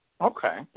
Okay